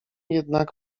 jednak